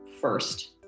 first